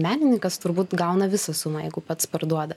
menininkas turbūt gauna visą sumą jeigu pats parduoda